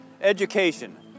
education